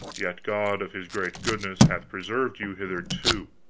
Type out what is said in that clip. yet god of his great goodness hath preserved you hitherto.